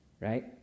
Right